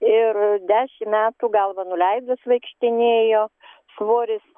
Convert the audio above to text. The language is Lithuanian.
ir dešim metų galvą nuleidus vaikštinėjo svoris